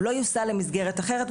הוא לא יוסע למסגרת אחרת,